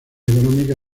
económica